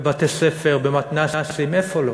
בבתי-ספר, במתנ"סים, איפה לא,